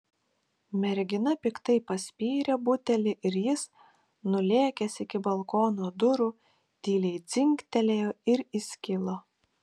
mergina piktai paspyrė butelį ir jis nulėkęs iki balkono durų tyliai dzingtelėjo ir įskilo